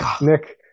Nick